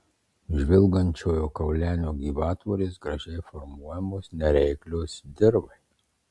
žvilgančiojo kaulenio gyvatvorės gražiai formuojamos nereiklios dirvai